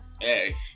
Hey